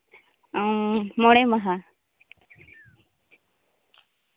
ᱢᱚᱬᱮ ᱢᱟᱦᱟ